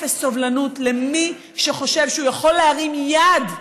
אפס סובלנות למי שהוא חושב שהוא יכול להרים יד,